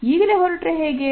ಈಗಲೇ ಹೊರಟ್ರೆ ಹೇಗೆ